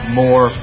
more